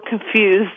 confused